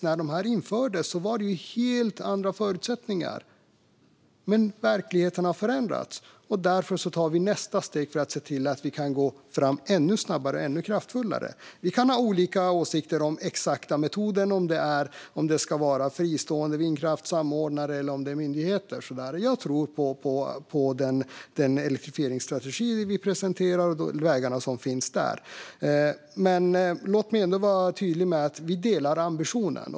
När denna tjänst infördes var förutsättningarna helt annorlunda, men verkligheten har förändrats. Därför tar vi nu nästa steg för att kunna gå fram ännu snabbare och ännu mer kraftfullt. Vi kan ha olika åsikter om den exakta metoden och om det ska vara fristående vindkraftssamordnare eller om det ska göras på myndigheter. Jag tror på den elektrifieringsstrategi som vi presenterar och på de vägar som finns i den. Låt mig ändå vara tydlig med att vi delar ambitionen.